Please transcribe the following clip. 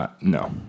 no